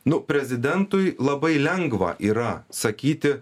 nu prezidentui labai lengva yra sakyti